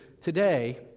today